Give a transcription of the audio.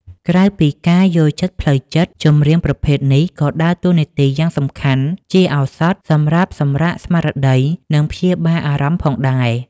ក្រៅពីការយល់ចិត្តផ្លូវចិត្ត ចម្រៀងប្រភេទនេះក៏ដើរតួនាទីយ៉ាងសំខាន់ជាឱសថសម្រាប់សម្រាកស្មារតី និងព្យាបាលអារម្មណ៍ផងដែរ។